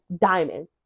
diamond